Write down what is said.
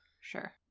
Sure